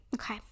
okay